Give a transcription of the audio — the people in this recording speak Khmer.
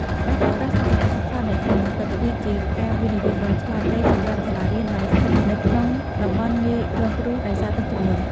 ការប្រើប្រាស់សម្ភារៈសិក្សាដែលធន់នឹងទឹក គឺជាការវិនិយោគដ៏វៃឆ្លាតសម្រាប់សាលារៀនដែលស្ថិតនៅក្នុងតំបន់ងាយរងគ្រោះដោយទឹកជំនន់។